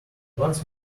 once